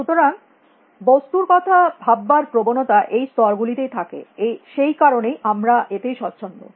সুতরাং বস্তুর কথা ভাববার প্রবণতা এই স্তর গুলিতেই থাকে সেই কারণে আমরা এতেই স্বচ্ছন্দ